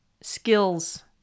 skills